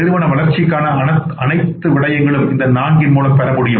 நிறுவன வளர்ச்சிக்கான அனைத்து விடயங்களும் இந்த நான்கின் மூலம் நாம் பெற முடியும்